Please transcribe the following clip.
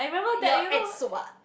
you all add soap ah